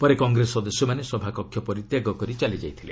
ପରେ କଂଗ୍ରେସ ସଦସ୍ୟମାନେ ସଭାକକ୍ଷ ପରିତ୍ୟାଗ କରି ଚାଲିଯାଇଥିଲେ